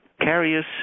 carriers